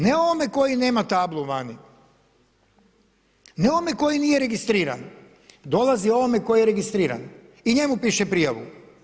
Ne onome koji nema tablu vani, ne onome koji nije registriran, dolazi ovome koji je registriran i njemu piše prijavu.